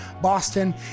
Boston